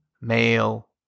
male